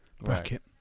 bracket